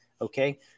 Okay